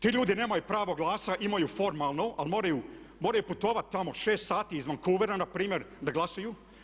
Ti ljudi nemaju pravo glasa, imaju formalno ali moraju putovati tamo 6 sati iz Vancouvera npr. da glasuju.